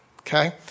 Okay